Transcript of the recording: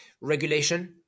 regulation